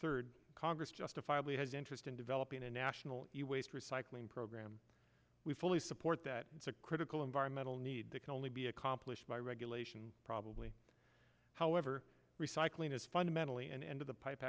third congress justifiably has interest in developing a national waste recycling program we fully support that it's a critical environmental need that can only be accomplished by regulation probably however recycling is fundamentally an end of the pipe